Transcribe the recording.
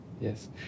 yes